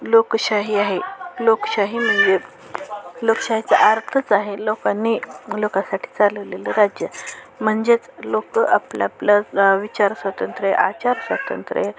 लोकशाही आहे लोकशाही म्हणजे लोकशाहीचा अर्थच आहे लोकांनी लोकासाठी चालवलेलं राज्य म्हणजेच लोक आपलं आपलं विचार स्वातंत्र्य आचार स्वातंत्र्य